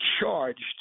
charged